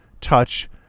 Touch